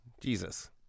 Jesus